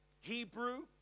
Hebrew